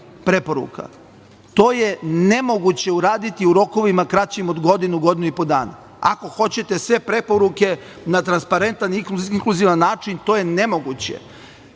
To je nemoguće uraditi u rokovima kraćim od godinu, godinu i po dana. Ako hoćete sve preporuke na transparentan, inkluzivan način to je nemoguće. Sad